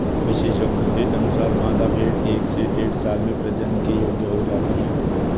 विशेषज्ञों के अनुसार, मादा भेंड़ एक से डेढ़ साल में प्रजनन के योग्य हो जाती है